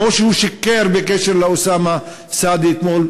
כמו שהוא שיקר בקשר לאוסאמה סעדי אתמול,